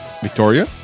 Victoria